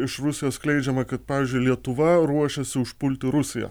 iš rusijos skleidžiama kad pavyzdžiui lietuva ruošiasi užpulti rusiją